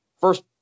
first